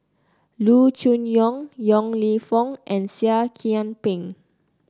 Loo Choon Yong Yong Lew Foong and Seah Kian Peng